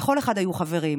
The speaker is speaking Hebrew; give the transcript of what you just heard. "לכל אחד היו חברים,